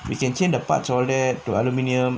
we can change the parts all that to aluminium